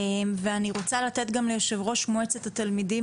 אני רוצה לתת גם ליו"ר מועצת התלמידים